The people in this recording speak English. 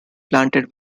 planted